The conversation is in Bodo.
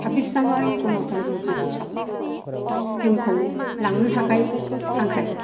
साबबिस जानुवारि गनतन्त्र' दिबशआव जोंखौ लांनो थाखाय हांख्राइ